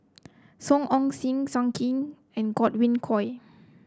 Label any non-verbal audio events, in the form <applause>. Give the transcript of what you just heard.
<noise> Song Ong Siang Zhang Hui and Godwin Koay